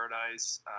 Paradise